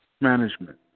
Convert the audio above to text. management